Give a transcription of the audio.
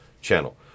channel